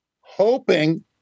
hoping